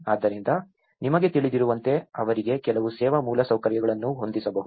ಆದ್ದರಿಂದ ನಿಮಗೆ ತಿಳಿದಿರುವಂತೆ ಅವರಿಗೆ ಕೆಲವು ಸೇವಾ ಮೂಲಸೌಕರ್ಯಗಳನ್ನು ಹೊಂದಿಸಬಹುದು